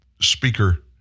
Speaker